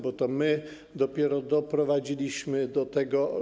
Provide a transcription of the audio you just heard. bo to dopiero my doprowadziliśmy do tego.